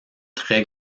très